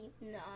no